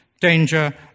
danger